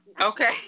Okay